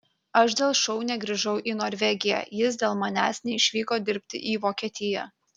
aš dėl šou negrįžau į norvegiją jis dėl manęs neišvyko dirbti į vokietiją